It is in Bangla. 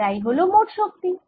এতাই হল মোট শক্তি